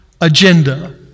agenda